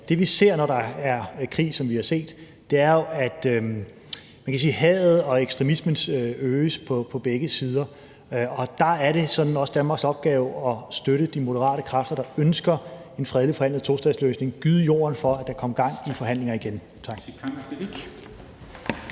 det, vi ser, når der er krig, som vi har set, er jo, at hadet og ekstremismen øges på begge sider, og der er det sådan også Danmarks opgave at støtte de moderate kræfter, der ønsker en fredeligt forhandlet tostatsløsning, og gøde jorden for, at der kommer gang i forhandlingerne igen. Tak.